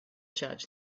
charge